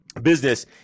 Business